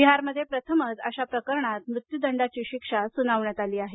बिहारमध्ये प्रथमच अशा प्रकरणात मृत्यदंडाची शिक्षा सुनावण्यात आली आहे